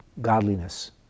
godliness